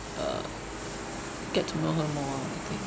uh get to know her more ah I think